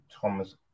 Thomas